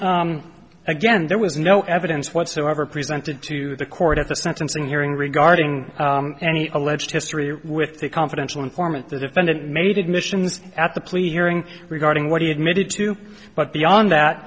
honor again there was no evidence whatsoever presented to the court at the sentencing hearing regarding any alleged history with the confidential informant the defendant made admissions at the plea hearing regarding what do you admitted to but beyond that